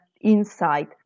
insight